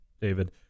David